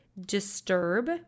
disturb